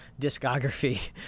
discography